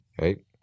Right